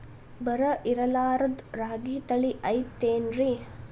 ಬರ ಇರಲಾರದ್ ರಾಗಿ ತಳಿ ಐತೇನ್ರಿ?